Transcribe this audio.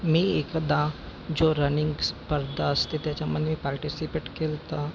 मी एकदा जो रनिंग स्पर्धा असते त्याच्यामध्ये पार्टिसिपेट केलं होता